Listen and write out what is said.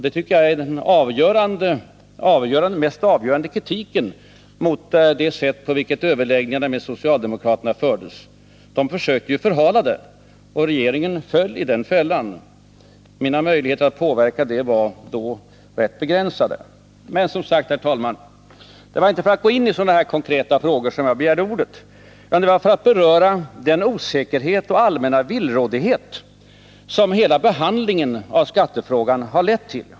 Det tycker jag är den mest avgörande kritiken mot det sätt på vilket överläggningarna med socialdemokraterna fördes. De försökte förhala det hela, och regeringen gick i den fällan. Mina möjligheter att påverka förloppet var då rätt begränsade. Men, herr talman, det var alltså inte för att gå in i sådana här konkreta frågor som jag begärde ordet, utan det var för att beröra den osäkerhet och den allmänna villrådighet som hela behandlingen av skattefrågan har lett till.